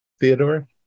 Theodore